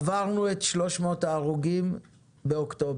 עברנו את 300 ההרוגים באוקטובר,